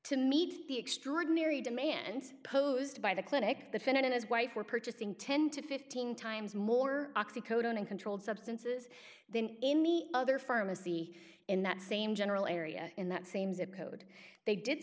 to meet the extraordinary demand posed by the clinic the finn and his wife were purchasing ten to fifteen times more oxycodone and controlled substances then any other pharmacy in that same general area in that same zip code they did